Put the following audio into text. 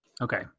Okay